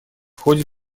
ходе